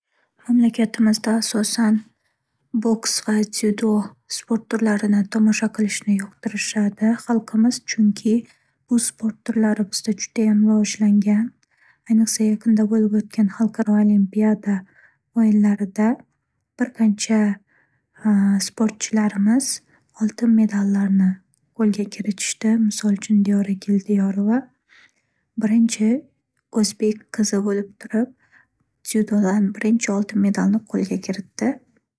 Mamlakatimizda asosan, boks va dzyudo sport turlarini tomosha qilishni yoqtirishadi xalqimiz, chunki bu sport turlari bizda judayam rivojlangan. Ayniqsa, yaqinda bo'lib o'tgan xalqaro olimpiada o'yinlarida bir qancha sportchilarimiz oltin medallarni qo'lga kiritishdi. Misol uchun, Diyora Keldiyorova birinchi o'zbek qizi bo'lib turib dzyudodan birinchi oltin medalni qo'lga kiritdi.